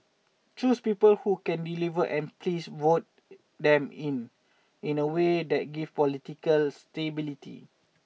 choose people who can deliver and please vote them in in a way that gives political stability